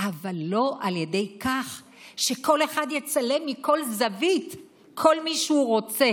אבל לא על ידי כך שכל אחד יצלם מכל זווית כל מי שהוא רוצה.